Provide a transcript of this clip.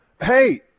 hey